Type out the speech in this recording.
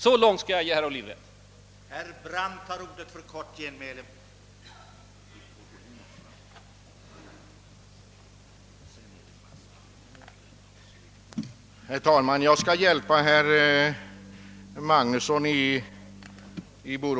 Så långt skall jag ge herr Ohlin rätt. Men inte längre,